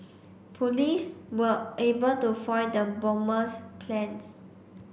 police were able to foil the bomber's plans